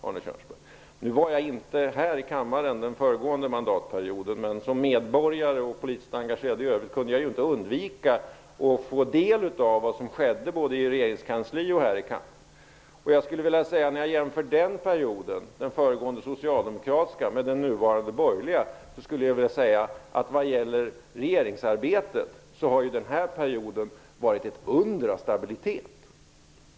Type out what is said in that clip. Jag fanns inte här i kammaren under den föregående mandatperioden, men som medborgare och politiskt engagerad i övrigt kunde jag inte undgå att ta del av vad som skedde, både på regeringskansliet och här i kammaren. När jag jämför den föregående socialdemokratiska perioden med den innevarande borgerliga, skulle jag vilja säga att denna period har varit ett under av stabilitet vad gäller regeringsarbetet.